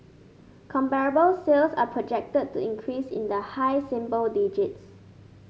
comparable sales are projected to increase in the high symbol digits